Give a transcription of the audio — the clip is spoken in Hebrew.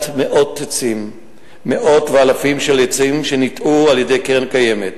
מאות ואלפים של עצים שניטעו על-ידי קרן קיימת